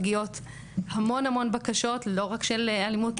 מגיעות המון בקשות לא רק אלימות.